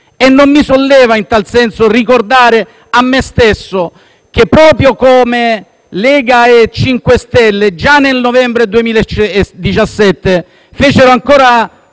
Non mi solleva in tal senso ricordare a me stesso che proprio Lega e MoVimento 5 Stelle già nel novembre 2017 fecero ancora